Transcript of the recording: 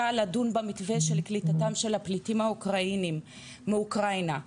לדון במתווה של קליטתם של הפליטים האוקראינים מאוקראינה,